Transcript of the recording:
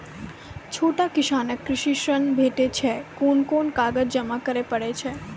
छोट किसानक कृषि ॠण भेटै छै? कून कून कागज जमा करे पड़े छै?